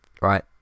right